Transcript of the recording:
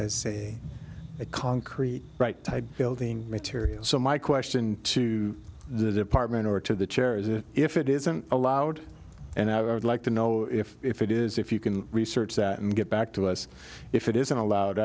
as say a concrete right type building material so my question to the department or to the chair is it if it isn't allowed and i would like to know if if it is if you can research that and get back to us if it isn't allowed